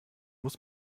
muss